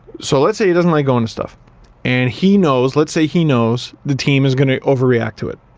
so let's say he doesn't like going to stuff and he knows, let's say he knows the team is gonna overreact to it,